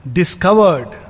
discovered